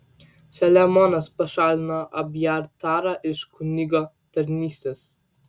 saliamonas pašalino abjatarą iš kunigo tarnystės